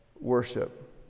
worship